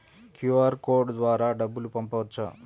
QR code ద్వారా డబ్బులు పంపవచ్చా?